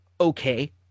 okay